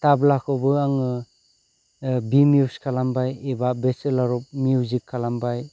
ताब्लाखौबो आङो बि मिउस खालामबाय एबा भेसेलर अब मिवजिक खालामबाय